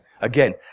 again